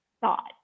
thought